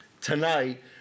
tonight